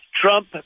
Trump